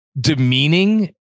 demeaning